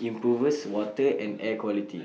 improves water and air quality